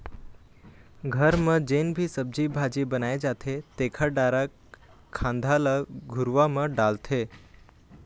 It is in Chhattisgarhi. घर म जेन भी सब्जी भाजी बनाए जाथे तेखर डारा खांधा ल घुरूवा म डालथे